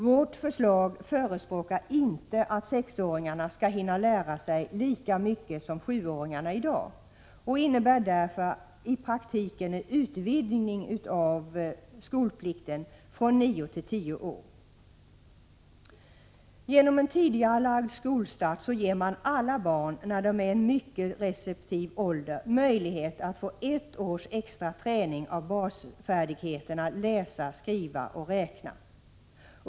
Vårt förslag förespråkar inte att sexåringarna skall hinna lära sig lika mycket som sjuåringarna i dag och innebär därför i praktiken en utvidgning av skolplikten från nio till tio år. Genom en tidigarelagd skolstart ger man alla barn, när de är i en receptiv ålder, möjlighet att få ett års extra träning i basfärdigheterna läsa, skriva och räkna.